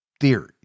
theories